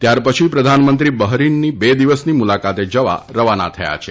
ત્યાર પછી પ્રધાનમંત્રી બહરીનની બે દિવસની મુલાકાતે જવા રવાના થયા છે